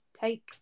take